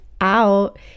out